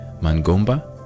Mangomba